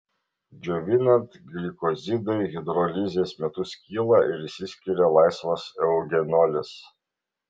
džiovinant glikozidai hidrolizės metu skyla ir išsiskiria laisvas eugenolis